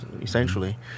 essentially